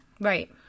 Right